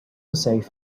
safe